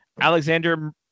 Alexander